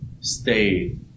stay